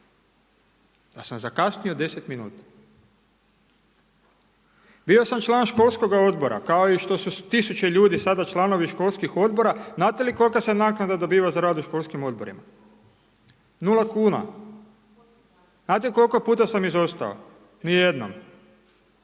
da sam zakasnio 10 minuta. Bio sam član školskoga odbora kao i što su tisuće ljudi sada članovi školskih odbora. Znate li kolika se naknada dobiva za rad u školskim odborima? Nula kuna. Znate koliko puta sam izostao? Niti jednom.